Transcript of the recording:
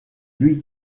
lui